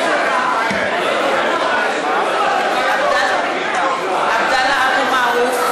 (קוראת בשמות חברי הכנסת) עבדאללה אבו מערוף,